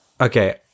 Okay